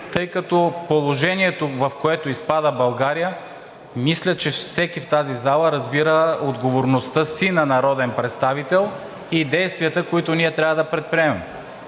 тъй като положението, в което изпада България – мисля, че всеки в тази зала разбира отговорността си на народен представител и действията, които ние трябва да предприемем.